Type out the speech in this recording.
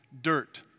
dirt